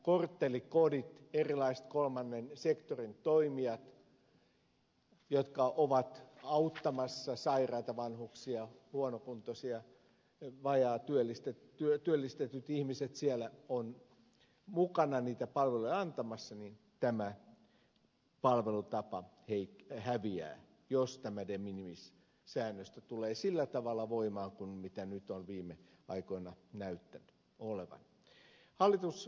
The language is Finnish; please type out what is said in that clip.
näissä korttelikodeissa erilaiset kolmannen sektorin toimijat jotka ovat auttamassa sairaita vanhuksia huonokuntoisia vajaatyöllistetyt ihmiset ovat mukana niitä palveluja antamassa ja tämä palvelutapa häviää jos tämä de minimis säännöstö tulee sillä tavalla voimaan kuin nyt on viime aikoina näyttänyt asianlaita olevan